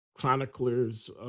chroniclers